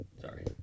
Sorry